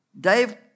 Dave